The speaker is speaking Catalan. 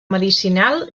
medicinal